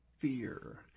fear